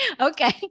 Okay